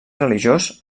religiós